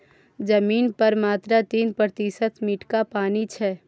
जमीन पर मात्र तीन प्रतिशत मीठका पानि छै